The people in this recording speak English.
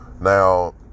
Now